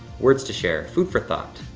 words to share, food for thought.